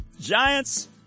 Giants